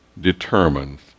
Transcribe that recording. determines